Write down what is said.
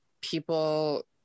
people